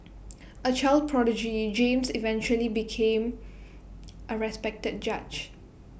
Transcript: A child prodigy James eventually became A respected judge